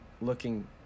looking